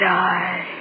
die